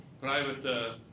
private